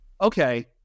Okay